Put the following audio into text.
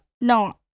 no